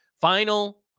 Final